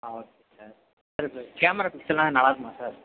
ஆ okay sir sir இப்போ camera pixel எல்லாம் நல்லா இருக்குமா சார்